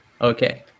okay